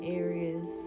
areas